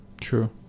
True